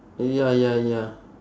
ya ya ya